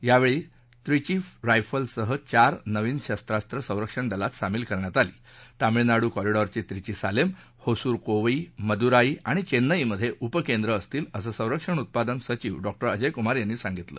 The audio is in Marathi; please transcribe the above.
यावेळी त्रीची रायफल सह चार नवीन शस्त्रात्रे संरक्षण दलात सामील करण्यात आली तामिळनाडू कॉरिडॉरची त्रिची सालेम होसूर कोवई मदुराई आणि चेन्नईमध्ये उपकेंद्र असतील अस संरक्षण उत्पादन सचिव डॉ अजय कुमार यांनी सांगितलं